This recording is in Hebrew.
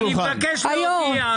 אני מבקש להודיע,